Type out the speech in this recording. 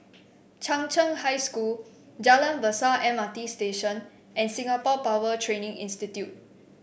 Chung Cheng High School Jalan Besar M R T Station and Singapore Power Training Institute